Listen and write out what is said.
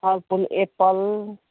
फलफुल एप्पल